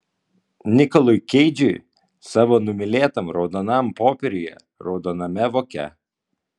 nikolui keidžui savo numylėtam raudonam popieriuje raudoname voke